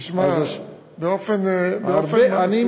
תשמע, באופן מעשי,